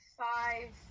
five